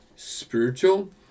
Spiritual